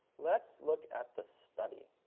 let's look at the study.